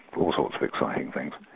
all sorts of exciting things.